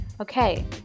okay